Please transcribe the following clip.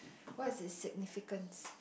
what is it's significance